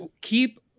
keep